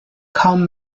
kaum